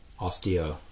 osteo